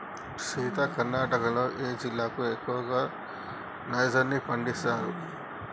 సీత కర్ణాటకలో ఏ జిల్లాలో ఎక్కువగా నైజర్ ని పండిస్తారు